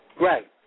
Right